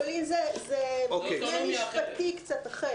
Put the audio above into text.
פולין זה מבנה משפטי קצת אחר.